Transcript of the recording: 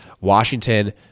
Washington